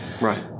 Right